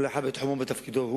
כל אחד בתחומו ובתפקידו,